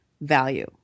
value